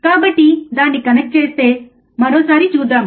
కాబట్టి దాన్ని కనెక్ట్ చేస్తే మరోసారి చూద్దాం